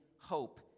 hope